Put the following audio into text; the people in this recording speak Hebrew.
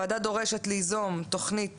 הוועדה דורשת ליזום תוכנית